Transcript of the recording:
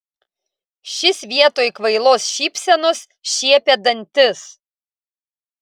šis vietoj kvailos šypsenos šiepė dantis